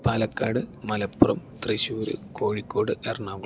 Palakkad Malappuram Thrissur Kozhikode Ernakulam